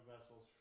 vessels